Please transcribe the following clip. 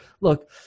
look